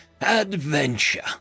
adventure